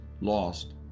lost